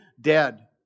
dead